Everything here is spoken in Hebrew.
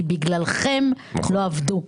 בגללכם לא עבדו.